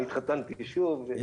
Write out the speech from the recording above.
אני התחתנתי שוב,